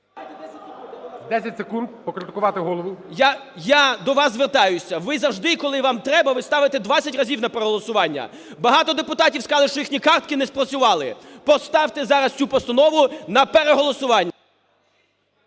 10 секунд покритикувати Голову. ЛЕВЧЕНКО Ю.В. Я до вас звертаюся. Ви завжди, коли вам треба, ви ставите двадцять разів на переголосування. Багато депутатів скажуть, що їхні картки не спрацювали. Поставте зараз цю постанову на переголосування.